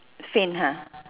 same ha